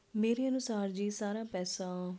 ਮੇਰੇ ਅਨੁਸਾਰ ਜੀ ਸਾਰਾ ਪੈਸਾ